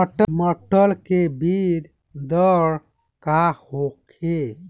मटर के बीज दर का होखे?